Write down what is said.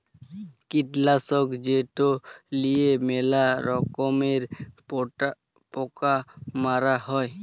কীটলাসক যেট লিঁয়ে ম্যালা রকমের পকা মারা হ্যয়